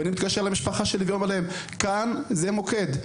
ואני מתקשר למשפחה שלי ואומר להם כאן זה מוקד.